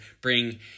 bring